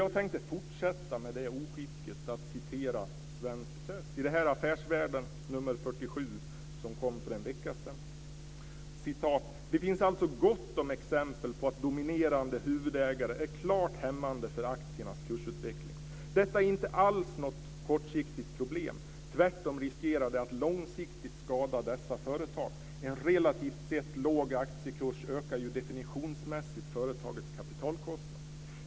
Jag tänkte fortsätta med oskicket att citera svensk press - i det här fallet Affärsvärlden nr 47, som kom för en vecka sedan: "Det finns alltså gott om exempel på att dominerande huvudägare är klart hämmande för aktiernas kursutveckling. Detta är alls inget kortsiktigt problem. Tvärtom riskerar det att långsiktigt skada dessa företag. En relativt sett låg aktiekurs ökar ju definitionsmässigt företagets kapitalkostnad.